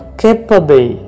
capable